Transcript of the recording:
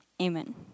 Amen